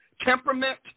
temperament